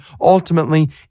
Ultimately